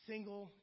single